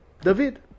David